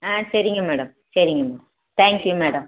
ஆ சரிங்க மேடம் சரிங்க thank you madam